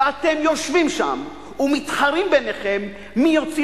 ואתם יושבים שם ומתחרים ביניכם מי יוציא